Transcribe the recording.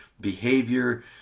behavior